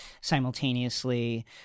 simultaneously